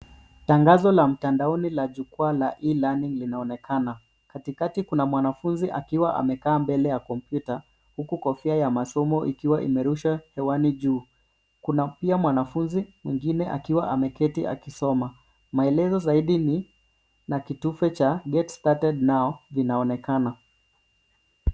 Tangazo la mtandaoni la jukwaa la e-learning linaonekana. Katikati kuna mwanafunzi akiwa amekaa mbele ya kompyuta , huku kofia ya masomo ikiwa imerushwa hewani juu. Kuna pia mwanafunzi mwingine akiwa ameketi akisoma. Maelezo zaidi ni na kitufe cha get started now vinaonekana.